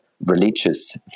religious